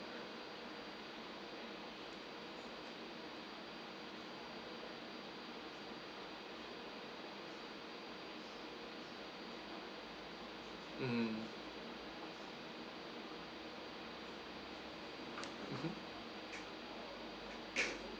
mm mmhmm